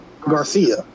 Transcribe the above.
Garcia